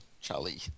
Charlie